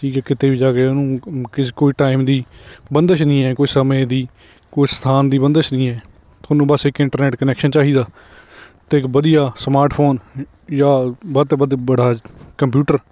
ਠੀਕ ਆ ਕਿਤੇ ਵੀ ਜਾ ਕੇ ਉਹਨੂੰ ਕਿਸ ਕੋਈ ਟਾਈਮ ਦੀ ਬੰਦਿਸ਼ ਨਹੀਂ ਹੈ ਕੋਈ ਸਮੇਂ ਦੀ ਕੋਈ ਸਥਾਨ ਦੀ ਬੰਦਿਸ਼ ਨਹੀਂ ਹੈ ਤੁਹਾਨੂੰ ਬਸ ਇੱਕ ਇੰਟਰਨੈਟ ਕਨੈਕਸ਼ਨ ਚਾਹੀਦਾ ਅਤੇ ਇੱਕ ਵਧੀਆ ਸਮਾਰਟਫੋਨ ਜਾਂ ਵੱਧ ਤੋਂ ਵੱਧ ਬੜਾ ਕੰਪਿਊਟਰ